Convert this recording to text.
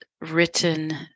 written